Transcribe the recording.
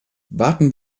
warten